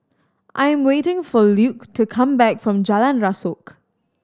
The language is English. I'm waiting for Luc to come back from Jalan Rasok